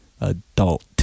adult